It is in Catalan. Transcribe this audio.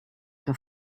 que